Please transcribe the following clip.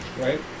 right